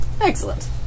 Excellent